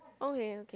okay okay